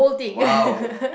!wow!